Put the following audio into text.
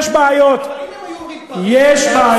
יש בעיות, אם היו אומרים פריז זה היה בסדר?